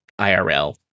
IRL